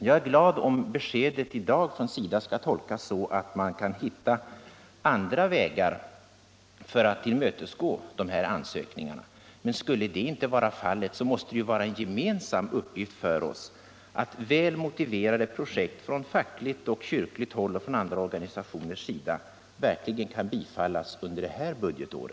Jag är glad om beskedet från SIDA i dag skall tolkas så att man kan hitta andra vägar för att tillmötesgå de här ansökningarna. Men skulle så inte vara fallet måste det vara en gemensam uppgift för oss att se till att väl motiverade ansökningar från fackligt och kyrkligt håll och från andra organisationers sida verkligen kan bifallas under detta budgetår.